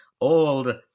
old